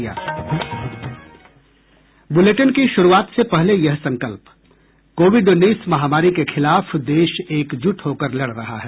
bulletin की शुरूआत से पहले ये संकल्प कोविड उन्नीस महामारी के खिलाफ देश एकजुट होकर लड़ रहा है